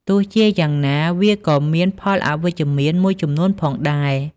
ទោះជាយ៉ាងណាវាក៏មាន ផលអវិជ្ជមាន មួយចំនួនផងដែរ។